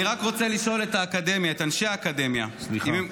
אני רק רוצה לשאול את אנשי האקדמיה --- סליחה,